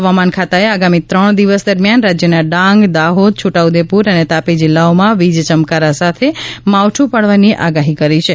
હવામાન ખાતાએ આગામી ત્રણ દિવસ દરમિયાન રાજ્યના ડાંગ દાહોદ છોટા ઉદેપુર અને તાપી જિલ્લાઓમાં વીજ યમકારા સાથે માવઠું પાડવાની આગાહી કરી છે